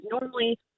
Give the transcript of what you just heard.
normally